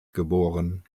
geboren